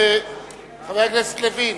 חבר הכנסת לוין,